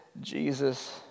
Jesus